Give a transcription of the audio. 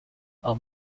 our